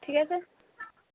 ঠিক আছে